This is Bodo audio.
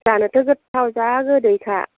जानोथ' गोथाव जा गोदैखा